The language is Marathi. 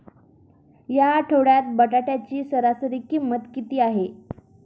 या आठवड्यात बटाट्याची सरासरी किंमत किती आहे?